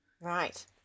Right